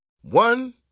One